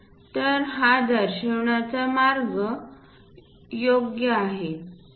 तर हा दर्शविण्याचा मार्ग योग्य मार्ग आहे